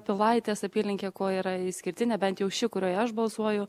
pilaitės apylinkė kuo yra išskirtinė bent jau ši kurioje aš balsuoju